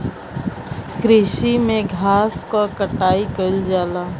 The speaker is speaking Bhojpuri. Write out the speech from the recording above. कृषि में घास क कटाई कइल जाला